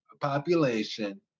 population